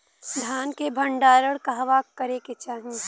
धान के भण्डारण कहवा करे के चाही?